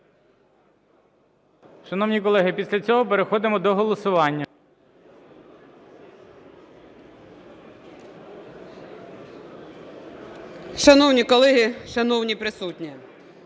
Шановні колеги, шановні присутні!